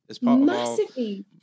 Massively